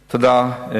תודה.